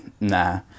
nah